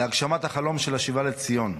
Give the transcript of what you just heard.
להגשמת החלום של השיבה לציון.